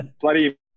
bloody